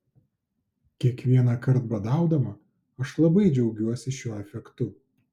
kiekvienąkart badaudama aš labai džiaugiuosi šiuo efektu